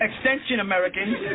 Extension-Americans